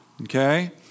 Okay